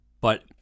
But-